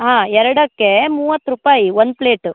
ಹಾಂ ಎರಡಕ್ಕೆ ಮೂವತ್ತು ರೂಪಾಯಿ ಒನ್ ಪ್ಲೇಟು